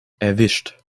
erwischt